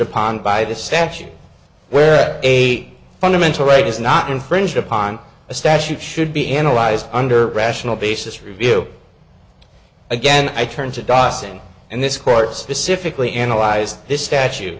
upon by the statute where eight fundamental right is not infringed upon a statute should be analyzed under rational basis review again i turned to das ng and this court specifically analyzed this statu